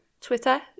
Twitter